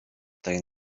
tej